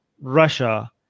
Russia